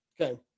Okay